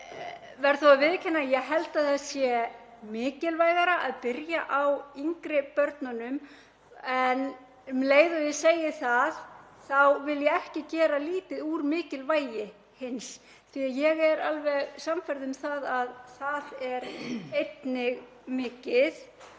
verð þó að viðurkenna að ég held að það sé mikilvægara að byrja á yngri börnunum. En um leið og ég segi það þá vil ég ekki gera lítið úr mikilvægi hins því ég er alveg sannfærð um að það er einnig mikið.